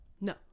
No